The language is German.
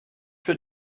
für